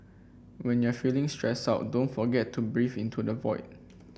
when you are feeling stressed out don't forget to breathe into the void